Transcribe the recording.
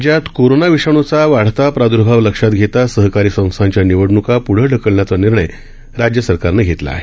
राज्यात कोरोना विषाणूचा वाढता प्राद्भाव लक्षात घेता सहकारी संस्थांच्या निवडण्का प्ढे ढकलण्याचा निर्णय राज्य सरकारनं घेतला आहे